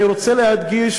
אני רוצה להדגיש,